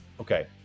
Okay